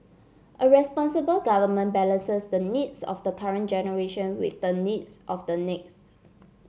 a responsible government balances the needs of the current generation with the needs of the next